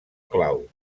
clau